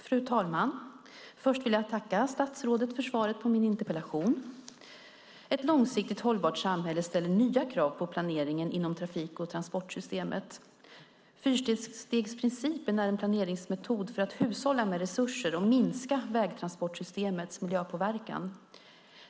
Fru talman! Först vill jag tacka infrastrukturministern för svaret på min interpellation. Ett långsiktigt hållbart samhälle ställer nya krav på planeringen inom trafik och transportsystemet. Fyrstegsprincipen är en planeringsmetod för att hushålla med resurser och minska vägtransportsystemets miljöpåverkan.